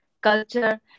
culture